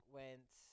went